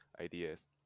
ideas